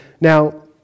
now